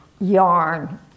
yarn